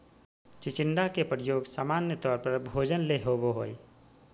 चिचिण्डा के प्रयोग सामान्य तौर पर भोजन ले होबो हइ